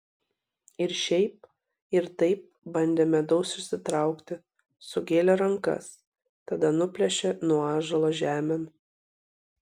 ir šiaip ir taip bandė medaus išsitraukti sugėlė rankas tada nuplėšė nuo ąžuolo žemėn